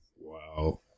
Wow